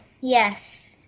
Yes